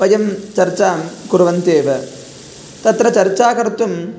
वयं चर्चां कुर्वन्ति एव तत्र चर्चा कर्तुं